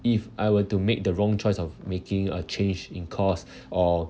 if I were to make the wrong choice of making a change in course or